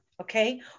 okay